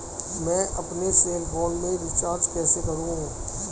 मैं अपने cell phone में रिचार्ज कैसे करूँ?